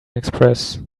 express